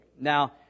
Now